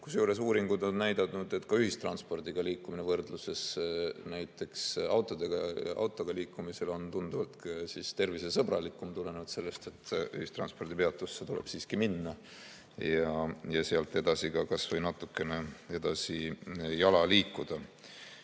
Kusjuures uuringud on näidanud, et ka ühistranspordiga liikumine võrreldes näiteks autoga liikumisega on tunduvalt tervisesõbralikum tulenevalt sellest, et ühistranspordipeatusesse tuleb siiski minna ja sealt edasi ka kas või natukene jala liikuda. Sa